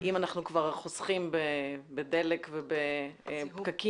אם אנחנו כבר חוסכים בדלק ובפקקים,